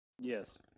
yes